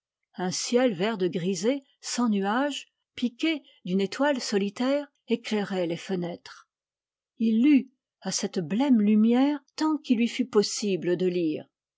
un ciel vert de grisé sans nuages piqué d'une étoile solitaire éclairait les fenêtres lut à cette blême lumière tant qu'il lui fut possible de lire